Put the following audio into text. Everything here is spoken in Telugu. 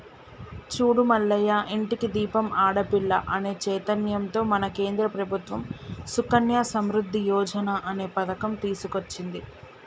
చూడు మల్లయ్య ఇంటికి దీపం ఆడపిల్ల అనే చైతన్యంతో మన కేంద్ర ప్రభుత్వం సుకన్య సమృద్ధి యోజన అనే పథకం తీసుకొచ్చింది